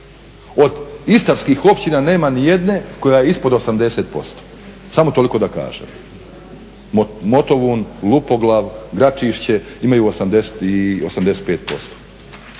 Od istarskih općina nema ni jedne koja je ispod 80%. Samo toliko da kažem. Motovun, Lupoglav, Gračišće imaju 85%